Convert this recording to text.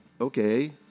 okay